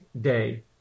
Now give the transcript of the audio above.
Day